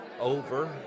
over